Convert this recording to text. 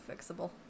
fixable